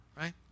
right